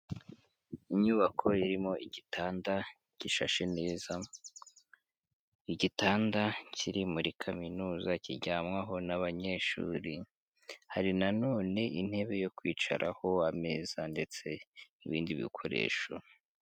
Inyubako irimo igitanda gishashe neza, igitanda kiri muri kaminuza kiryamwaho n'abanyeshuri, hari nanone intebe yo kwicaraho ameza ndetse n'ibindi bikoresho.